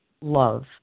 love